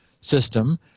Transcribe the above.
system